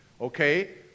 Okay